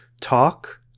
talk